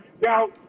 Now